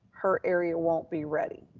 her area won't be ready.